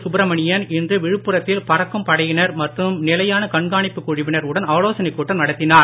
சுப்ரமணியன் இன்று விழுப்புரத்தில் பறக்கும் படையினர் மற்றும் நிலையான கண்காணிப்புக் குழுவினர் உடன் ஆலோசனைக் கூட்டம் நடத்தினார்